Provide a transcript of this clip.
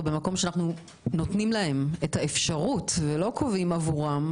במקום שאנחנו נותנים להם את האפשרות ולא קובעים עבורם,